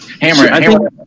Hammer